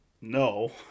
no